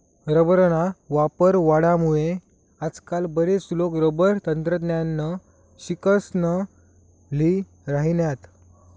रबरना वापर वाढामुये आजकाल बराच लोके रबर तंत्रज्ञाननं शिक्सन ल्ही राहिनात